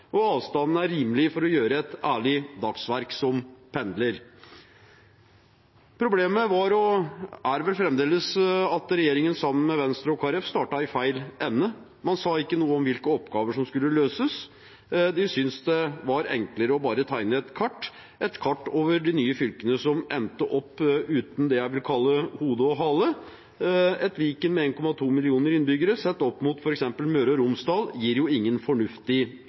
og avstanden er rimelig for å gjøre et ærlig dagsverk som pendler? Problemet var, og er vel fremdeles, at regjeringen sammen med Venstre og Kristelig Folkeparti startet i feil ende. Man sa ikke hvilke oppgaver som skulle løses. De syntes det var enklere bare å tegne kart – et kart over de nye fylkene, som endte opp uten det jeg vil kalle hode og hale. Et Viken med 1,2 millioner innbyggere sett opp mot f.eks. Møre og Romsdal gir ingen fornuftig